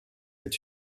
est